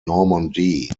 normandy